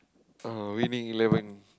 uh Winning-Eleven